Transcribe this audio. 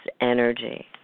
energy